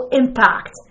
impact